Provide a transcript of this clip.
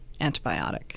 antibiotic